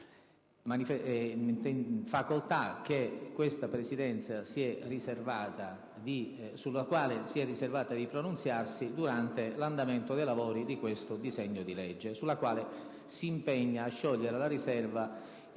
quale questa Presidenza si è riservata di pronunziarsi durante l'andamento dei lavori di questo disegno di legge, riserva che si impegna a sciogliere